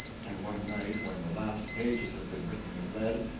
and one night when the last pages had been written and read,